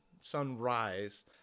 sunrise